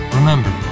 Remember